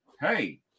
hey